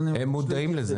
הם מודעים לזה.